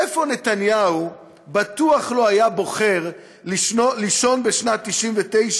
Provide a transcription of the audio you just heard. איפה נתניהו בטוח לא היה בוחר לישון בשנת 1999,